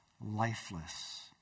lifeless